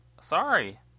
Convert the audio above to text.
Sorry